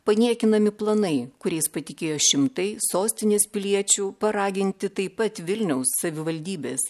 paniekinami planai kuriais patikėjo šimtai sostinės piliečių paraginti taip pat vilniaus savivaldybės